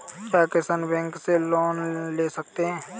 क्या किसान बैंक से लोन ले सकते हैं?